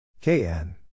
KN